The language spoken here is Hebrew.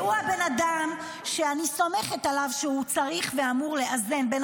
-- והוא הבן אדם שאני סומכת עליו שצריך ואמור לאזן בין